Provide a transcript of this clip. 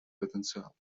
потенциал